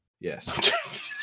Yes